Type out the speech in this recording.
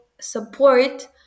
support